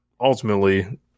ultimately